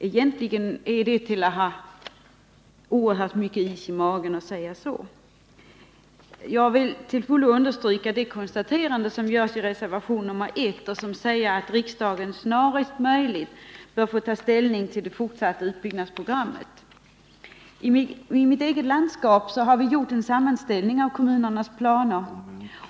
För att kunna säga så måste man ha oerhört mycket is i magen. Jag vill till fullo understryka det konstaterande som görs i reservationen 1, nämligen att riksdagen snarast möjligt bör få ta ställning till det fortsatta utbyggnadsprogrammet. I mitt eget landskap har vi gjort en sammanställning av kommunernas planer.